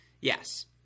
Yes